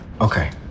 Okay